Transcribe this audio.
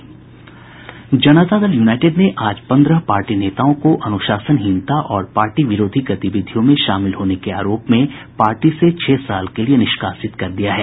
जनता Dal United ने आज पन्द्रह पार्टी नेताओं को अनुशासनहीनता और पार्टी विरोधी गतिविधियों में शामिल होने के आरोप में पार्टी से छह साल के लिए निष्कासित कर दिया है